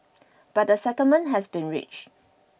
but a settlement has been reach